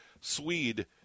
Swede